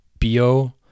bio